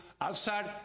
outside